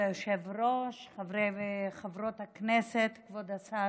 כבוד היושב-ראש, חברי וחברות הכנסת, כבוד השר,